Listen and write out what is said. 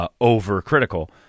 over-critical